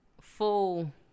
full